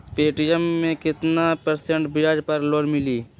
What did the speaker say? Paytm मे केतना percent ब्याज पर लोन मिली?